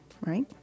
right